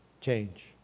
change